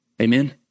Amen